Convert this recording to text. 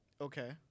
Okay